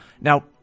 Now